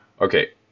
Okay